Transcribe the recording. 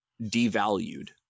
devalued